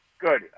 good